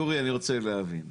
יורי, אני רוצה להבין.